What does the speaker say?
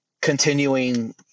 continuing